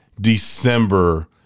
december